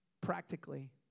Practically